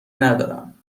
ندارم